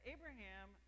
Abraham